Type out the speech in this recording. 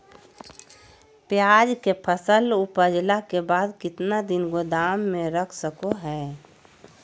प्याज के फसल उपजला के बाद कितना दिन गोदाम में रख सको हय?